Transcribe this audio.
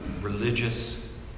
religious